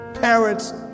Parents